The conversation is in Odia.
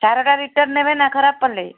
ସାରଟା ରିଟର୍ଣ୍ଣ ନେବେନା ଖରାପ ପଡ଼ିଲେ